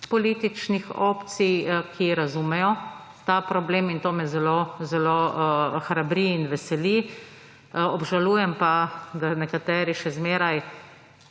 političnih opcij, ki razumejo ta problem, in to me zelo zelo hrabri in veseli. Obžalujem pa, da nekateri še zmeraj